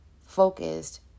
focused